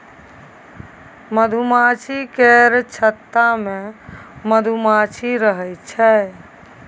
मधुमाछी केर छत्ता मे मधुमाछी रहइ छै